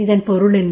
இதன் பொருள் என்ன